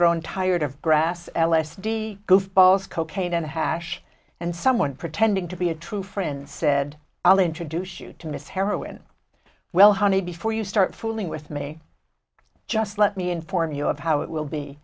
grown tired of grass l s d goofballs cocaine and a hash and someone pretending to be a true friend said i'll introduce you to miss heroin well honey before you start fooling with me just let me inform you of how it will be